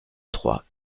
trois